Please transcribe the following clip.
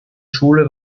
schule